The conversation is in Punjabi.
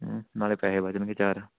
ਹਮ ਨਾਲੇ ਪੈਸੇ ਬਚਣਗੇ ਚਾਰ